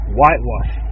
whitewash